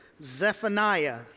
Zephaniah